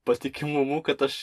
patikimumu kad aš